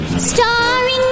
Starring